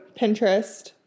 Pinterest